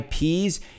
IPs